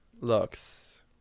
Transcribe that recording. looks